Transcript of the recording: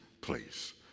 place